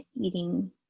eating